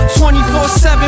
24-7